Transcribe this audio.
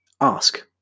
ask